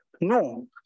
No